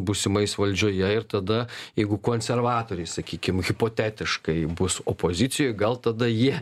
būsimais valdžioje ir tada jeigu konservatoriai sakykim hipotetiškai bus opozicijoj gal tada jie